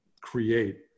create